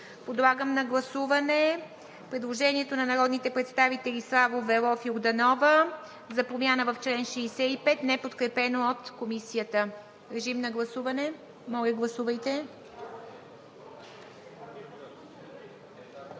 Подлагам на гласуване предложението на народните представители Савов, Велов, Йорданова за промяна в чл. 65, неподкрепено от Комисията. Моля, гласувайте. Гласували